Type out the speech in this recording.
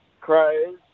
crows